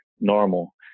normal